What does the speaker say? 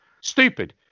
Stupid